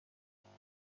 کانال